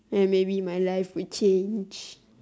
then maybe my life would change